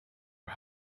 for